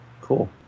Cool